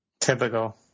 Typical